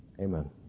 Amen